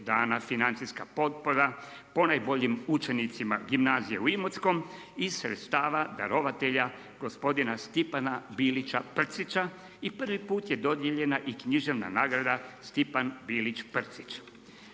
dana financijska potpora ponajboljim učenicima gimnazije u Imotskom iz sredstava darovatelja gospodina Stipana Bilića Prcića. I prvi put je dodijeljena i književna nagrada Stipan Bilić Prcić.